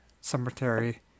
Cemetery